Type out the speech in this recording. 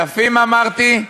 אלפים אמרתי?